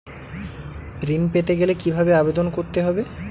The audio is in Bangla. ঋণ পেতে গেলে কিভাবে আবেদন করতে হবে?